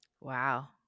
Wow